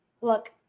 Look